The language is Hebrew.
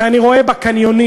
ואני רואה בקניונים,